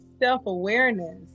self-awareness